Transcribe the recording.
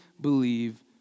believe